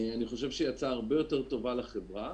אני חושב שהיא הצעה הרבה יותר טובה לחברה,